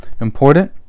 important